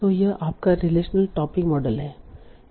तो यह आपका रिलेशनल टोपिक मॉडल है